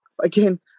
Again